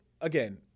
again